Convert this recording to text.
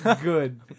good